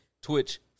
Twitch